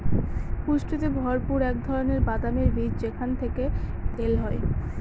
পুষ্টিতে ভরপুর এক ধরনের বাদামের বীজ যেখান থেকে তেল হয়